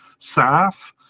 SAF